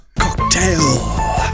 Cocktail